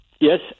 Yes